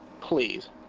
Please